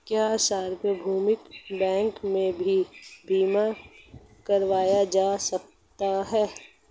क्या सार्वभौमिक बैंक में बीमा भी करवाया जा सकता है?